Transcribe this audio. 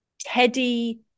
Teddy